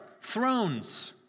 thrones